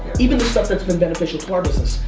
even the stuff that's been beneficial to our business,